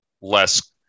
less